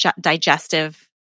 digestive